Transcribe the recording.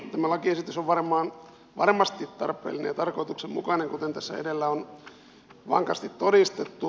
tämä lakiesitys on varmasti tarpeellinen ja tarkoituksenmukainen kuten tässä edellä on vankasti todistettu